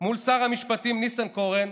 מול שר המשפטים ניסנקורן,